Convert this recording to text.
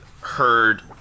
heard